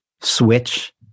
switch